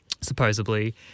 supposedly